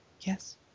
Yes